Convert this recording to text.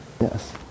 Yes